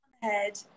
head